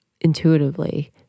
intuitively